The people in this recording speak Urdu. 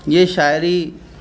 یہ شاعری